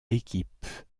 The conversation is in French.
équipes